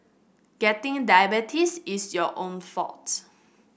getting diabetes is your own fault